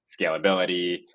scalability